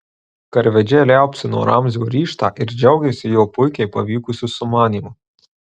karvedžiai liaupsino ramzio ryžtą ir džiaugėsi jo puikiai pavykusiu sumanymu